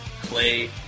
clay